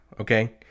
okay